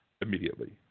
immediately